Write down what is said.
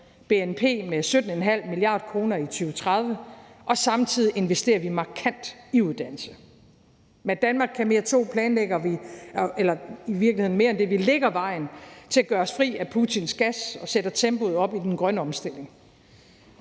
bnp med 17,5 mia. kr. i 2030, og samtidig investerer vi markant i uddannelse. Med »Danmark kan mere II« lægger vi vejen til at gøre os fri af Putins gas og sætter tempoet op i den grønne omstilling.